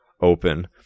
open